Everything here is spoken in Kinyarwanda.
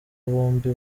bombi